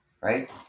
Right